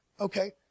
okay